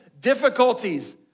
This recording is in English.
difficulties